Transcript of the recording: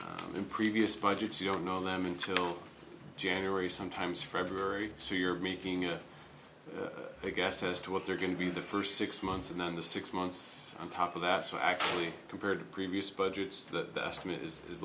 be in previous five gets you don't know them until january sometimes february so you're making a guess as to what they're going to be the first six months and then the six months on top of that so accurately compared to previous budgets that